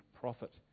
profit